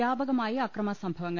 വ്യാപകമായി അക്രമ സംഭവങ്ങൾ